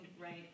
right